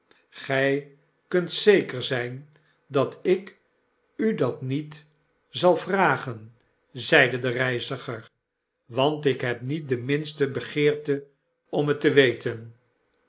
gy kunt zeker zyn dat ik u dat niet zal vragen zeide de rieiziger want ik heb niet de minste begeerte om het te weten